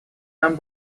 нам